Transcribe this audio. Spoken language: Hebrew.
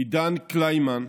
עידן קלימן,